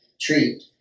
treat